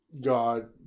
God